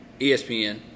ESPN